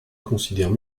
considèrent